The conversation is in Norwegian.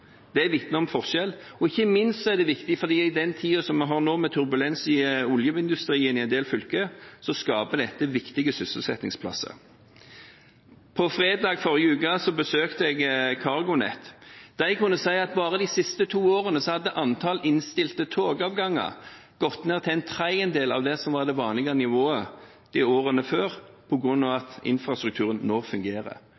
om forskjell. Ikke minst er det viktig fordi i tiden vi er i nå med turbulens i oljeindustrien i en del fylker, skaper dette viktige sysselsettingsplasser. På fredag forrige uke besøkte jeg CargoNet. De kunne si at bare de siste to årene hadde antall innstilte togavganger gått ned til en tredjedel av det vanlige nivået i årene før, på grunn av at infrastrukturen nå fungerer.